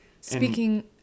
Speaking